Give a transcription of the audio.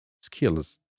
skills